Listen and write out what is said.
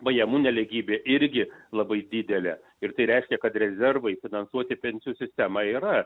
pajamų nelygybė irgi labai didelė ir tai reiškia kad rezervai finansuoti pensijų tema yra